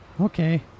Okay